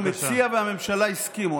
המציע והממשלה הסכימו,